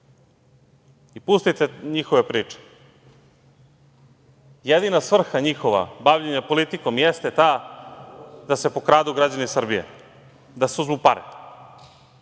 da. Pustite njihove priče. Jedina svrha njihova bavljenja politikom jeste ta da se pokradu građani Srbije, da se uzmu pare.